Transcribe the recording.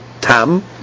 tam